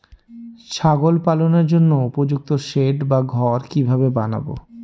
ছাগল পালনের জন্য উপযুক্ত সেড বা ঘর কিভাবে বানাবো?